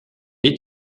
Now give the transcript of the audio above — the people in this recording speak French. est